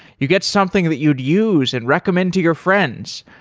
you get something that you'd use and recommend to your friends,